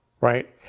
Right